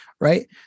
right